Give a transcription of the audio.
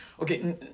Okay